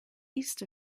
east